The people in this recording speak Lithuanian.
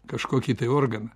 kažkokį tai organą